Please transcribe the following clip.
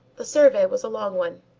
the survey was a long one.